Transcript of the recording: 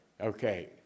Okay